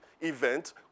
event